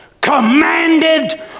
commanded